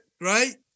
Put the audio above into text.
right